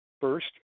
First